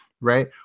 right